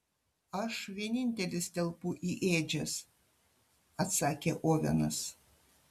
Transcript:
aš vienintelis telpu į ėdžias atsakė ovenas